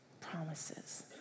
promises